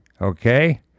Okay